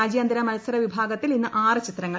രാജ്യാന്തര മത്സര വിഭാഗത്തിൽ ഇന്ന് ആറ് ചിത്രങ്ങൾ